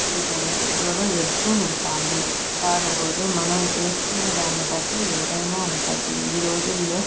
వీటన్నిటి కూడా వెళ్తూ ఉంటాము కాకపోతే మనం చేసుకునే దానిని బట్టి ఏదయినా ఉంటద్ది ఈ రోజుల్లో